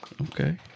Okay